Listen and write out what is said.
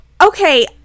Okay